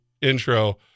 intro